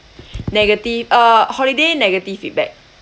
negative uh holiday negative feedback